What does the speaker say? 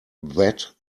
that